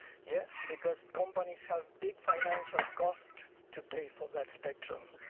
yes, because companies have big financial cost to pay for that spectrum.